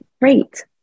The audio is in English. Great